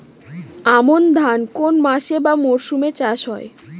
আমন ধান কোন মাসে বা মরশুমে চাষ হয়?